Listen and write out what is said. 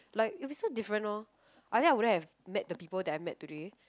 like it would be so different lor I think I wouldn't have met the people I met today